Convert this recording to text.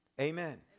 Amen